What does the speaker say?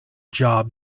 job